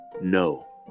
No